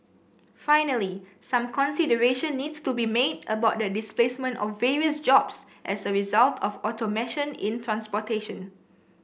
finally some consideration needs to be made about the displacement of various jobs as a result of automation in transportation